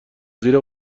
زیر